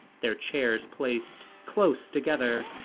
their chairs placed close together.